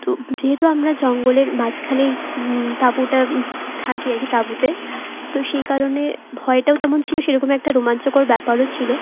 তো যেহেতু আমরা জঙ্গলের মাঝখানেই তাঁবুটা থাকি আর কি তাঁবুতে তো সেই কারণে ভয়টাও যেমন ছিলো সেরকম একটা রোমাঞ্চকর ব্যাপারও ছিলো